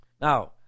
Now